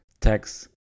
text